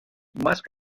más